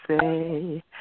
say